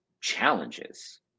challenges